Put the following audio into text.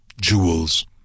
jewels